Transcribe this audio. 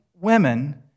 women